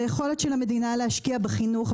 ביכולת של המדינה להשקיע בחינוך,